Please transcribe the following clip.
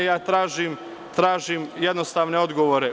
Ja tražim jednostavne odgovore.